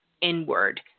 inward